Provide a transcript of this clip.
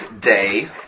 day